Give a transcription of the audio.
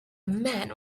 man